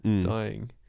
dying